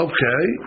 Okay